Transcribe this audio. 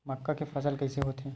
मक्का के फसल कइसे होथे?